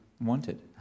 wanted